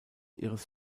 ihres